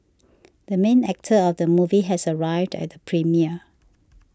the main actor of the movie has arrived at the premiere